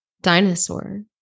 dinosaur